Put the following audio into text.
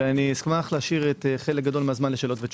ואשמח להשאיר חלק גדול מהזמן לשאלות ותשובות.